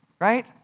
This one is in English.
right